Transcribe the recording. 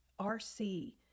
RC